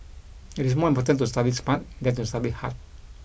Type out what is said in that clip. it is more important to study smart than to study hard